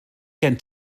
gen